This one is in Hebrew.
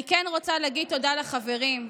אני כן רוצה להגיד תודה לחברים,